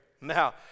Now